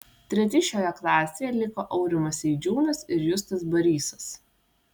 treti šioje klasėje liko aurimas eidžiūnas ir justas barysas